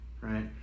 right